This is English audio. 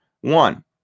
One